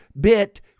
bit